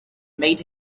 made